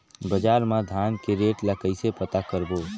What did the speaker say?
बजार मा धान के रेट ला कइसे पता करबो?